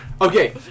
Okay